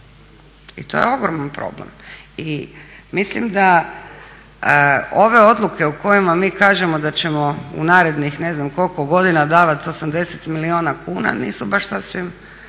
I to je ogroman problem. I mislim da ove odluke u kojima mi kažemo da ćemo u narednih ne znam koliko godina davati 80 milijuna kuna nisu baš sasvim